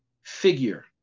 figure